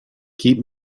keep